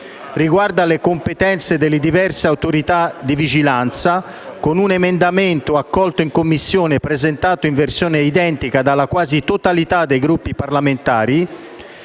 Riguardo alle competenze delle diverse Autorità di vigilanza, con un emendamento accolto in Commissione, presentato in versione identica dalla quasi totalità dei Gruppi parlamentari,